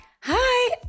Hi